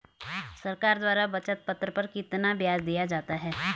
सरकार द्वारा बचत पत्र पर कितना ब्याज दिया जाता है?